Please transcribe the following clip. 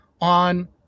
on